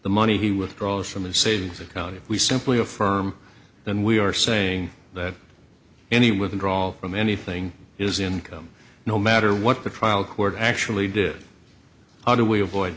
the money he withdraws from his savings account we simply affirm and we are saying that any withdrawal from anything is income no matter what the trial court actually did how do we avoid